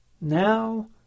Now